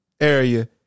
area